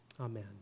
amen